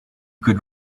could